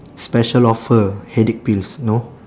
special offer headache pills no